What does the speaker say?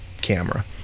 camera